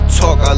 talk